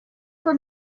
were